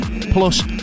plus